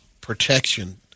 protection